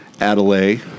Adelaide